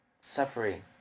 suffering